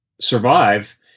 survive